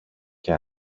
και